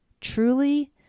Truly